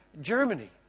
Germany